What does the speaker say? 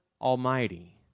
Almighty